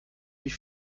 wie